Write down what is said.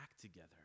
together